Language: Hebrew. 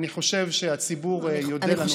אני חושב שהציבור יודה לנו על כך.